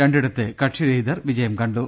രണ്ടിടത്ത് കക്ഷിരഹിതർ വിജയം കണ്ടു